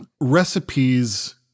recipes